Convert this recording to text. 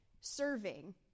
serving